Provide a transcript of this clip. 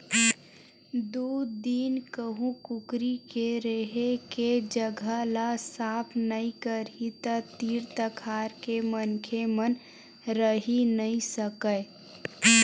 दू दिन कहूँ कुकरी के रेहे के जघा ल साफ नइ करही त तीर तखार के मनखे मन रहि नइ सकय